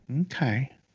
Okay